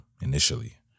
initially